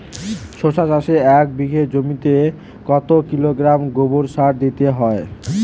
শশা চাষে এক বিঘে জমিতে কত কিলোগ্রাম গোমোর সার দিতে হয়?